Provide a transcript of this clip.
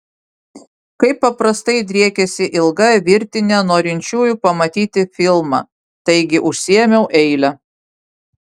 kaip paprastai driekėsi ilga virtinė norinčiųjų pamatyti filmą taigi užsiėmiau eilę